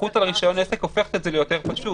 הסתמכות על רישיון העסק הופכת את זה ליותר פשוט,